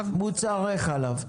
מוצרי חלב.